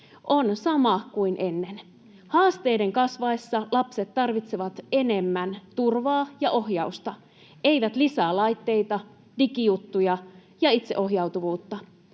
on sama kuin ennen. Haasteiden kasvaessa lapset tarvitsevat enemmän turvaa ja ohjausta, eivät lisää laitteita, digijuttuja ja itseohjautuvuutta.